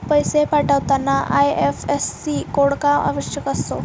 पैसे पाठवताना IFSC code का आवश्यक असतो?